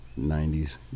90s